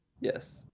Yes